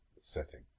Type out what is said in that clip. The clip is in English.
setting